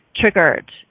triggered